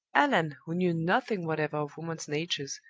allan, who knew nothing whatever of woman's natures,